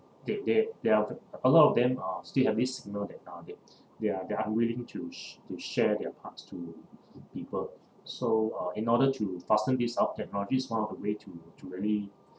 they they they're a lot of them uh still have they are they are unwilling to sh~ to share their parts to people so uh in order to fasten this up technology is one of the way to to really